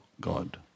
God